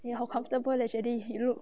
你好 comfortable eh jelly you look